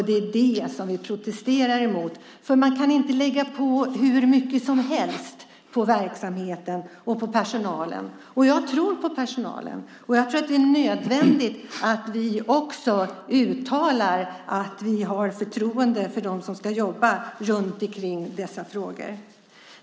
Det är det vi protesterar mot, för man kan inte lägga på hur mycket som helst på verksamheten och personalen. Jag tror på personalen, och jag tror att det är nödvändigt att vi också uttalar att vi har förtroende för dem som ska jobba runt dessa frågor.